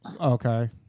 Okay